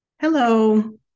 Hello